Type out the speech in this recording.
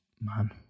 man